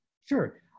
Sure